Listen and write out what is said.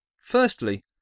Firstly